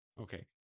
Okay